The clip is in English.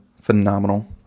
phenomenal